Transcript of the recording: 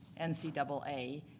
NCAA